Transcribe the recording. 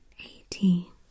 eighteen